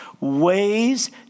ways